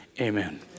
amen